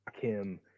Kim